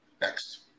next